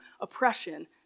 oppression